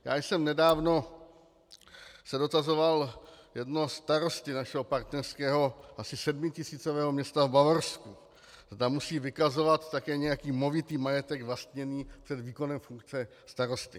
Já jsem se nedávno dotazoval jednoho starosty našeho partnerského asi sedmitisícového města v Bavorsku, zda musí vykazovat také nějaký movitý majetek vlastněný před výkonem funkce starosty.